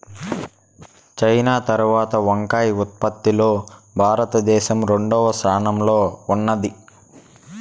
China తరవాత వంకాయ ఉత్పత్తి లో భారత దేశం రెండవ స్థానం లో ఉన్నాది